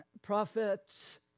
Prophets